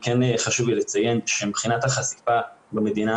כן חשוב לי לציין שמבחינת החשיפה במדינה,